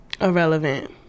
irrelevant